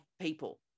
people